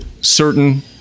certain